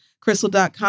crystal.com